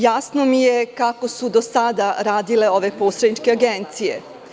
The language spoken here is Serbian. Jasno mi je kako su do sada radile ove posredničke agencije.